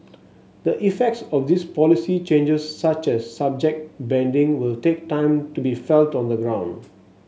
the effects of these policy changes such as subject banding will take time to be felt on the ground